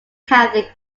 catholic